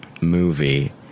movie